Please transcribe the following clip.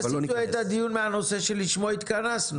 אבל אל תסיטו את הדיון מהנושא שלשמו התכנסנו.